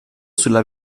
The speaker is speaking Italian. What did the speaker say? sulla